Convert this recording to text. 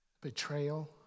Betrayal